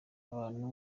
abantu